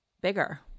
bigger